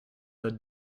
the